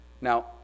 Now